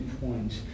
points